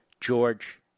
George